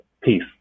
peace